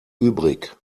übrig